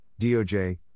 DOJ